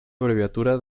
abreviatura